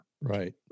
Right